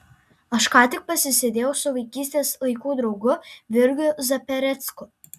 aš ką tik pasisėdėjau su vaikystės laikų draugu virgiu zaperecku